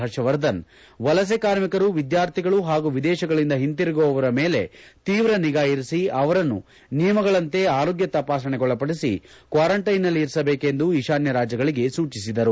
ಹರ್ಷವರ್ಧನ್ ವಲಸೆ ಕಾರ್ಮಿಕರು ವಿದ್ಯಾರ್ಥಿಗಳು ಹಾಗೂ ವಿದೇಶಗಳಿಂದ ಹಿಂತಿರುಗುವವರ ಮೇಲೆ ತೀವ್ರ ನಿಗಾ ಇರಿಸಿ ಅವರನ್ನು ನಿಯಮಗಳಂತೆ ಆರೋಗ್ಯ ತಪಾಸಣೆಗೊಳಪಡಿಸಿ ಕ್ವಾರಂಟೈನ್ನಲ್ಲಿ ಇರಿಸಬೇಕೆಂದು ಈಶಾನ್ಯ ರಾಜ್ಯಗಳಿಗೆ ಸೂಚಿಸಿದರು